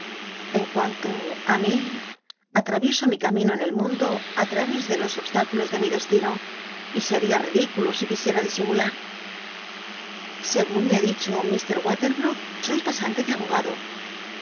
en cuanto á mi atra tarés de los obsvieso mi camino en el múndo i l tüculos de mi destino y seria l'idículo si quisiera disimular segun me ha dicho m walcrbrook sois pasante de abogado